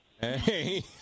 Hey